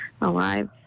alive